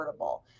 affordable